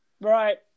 right